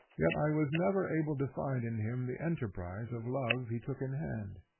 yet i was never able to find in him the enterprise of love he took in hand.